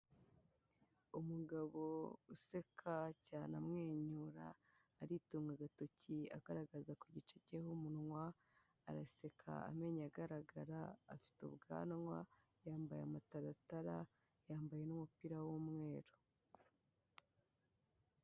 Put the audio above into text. Umugabo useka cyane amwenyura, aritunga agatoki agaragaza ku gice cye ho umunwa, araseka amenyo agaragara, afite ubwanwa, yambaye amataratara, yambaye n'umupira w'umweru.